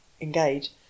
engage